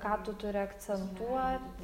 ką tur turi akcentuot